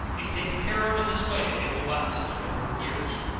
if taken care of in this way, they will last a number of years.